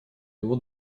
его